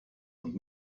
und